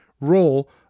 role